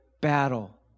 battle